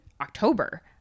October